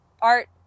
art